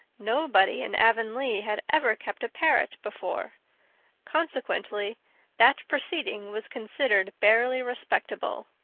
nobody in avonlea had ever kept a parrot before consequently that proceeding was considered barely respectable.